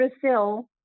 Brazil